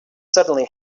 suddenly